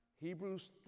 Hebrews